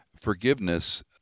forgiveness